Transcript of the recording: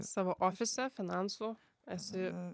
savo ofise finansų esi